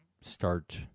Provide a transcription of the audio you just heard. start